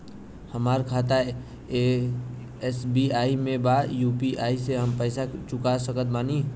हमारा खाता एस.बी.आई में बा यू.पी.आई से हम पैसा चुका सकत बानी?